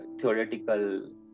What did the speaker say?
theoretical